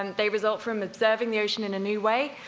and they result from observing the ocean in a new way,